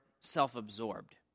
self-absorbed